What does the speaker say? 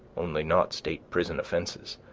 only not state-prison offenses